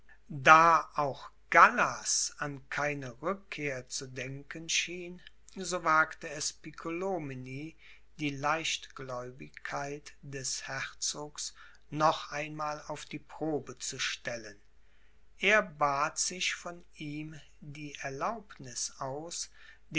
da auch gallas an keine rückkehr zu denken schien so wagte es piccolomini die leichtgläubigkeit des herzogs noch einmal auf die probe zu stellen er bat sich von ihm die erlaubniß aus